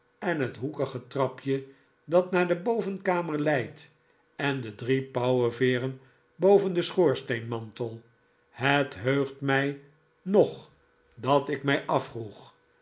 en het hoekige trapje dat naar de bovenkamer leidt en de drie pauweveeren david copperfield fooven den schoorsteenmantel het heugt mij nog dat ik mij afvroeg